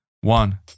One